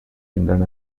tindran